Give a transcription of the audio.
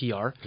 PR